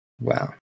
Wow